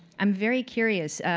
i'm very curious.